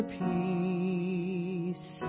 peace